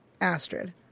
Astrid